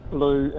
Blue